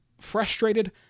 frustrated